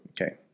Okay